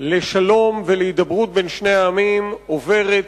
לשלום ולהידברות בין שני העמים עוברת